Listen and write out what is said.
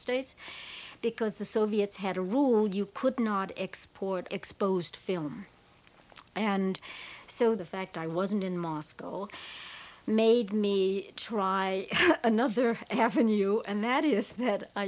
states because the soviets had a rule you could not export exposed film and so the fact i wasn't in moscow made me try another after new and that is that i